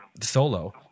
Solo